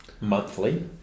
monthly